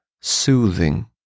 soothing